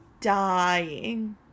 dying